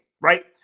Right